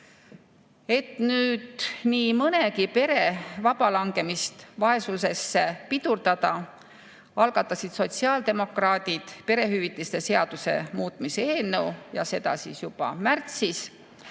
Et nüüd nii mõnegi pere vabalangemist vaesusesse pidurdada, algatasid sotsiaaldemokraadid perehüvitiste seaduse muutmise eelnõu, ja seda juba märtsis.